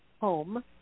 home